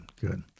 good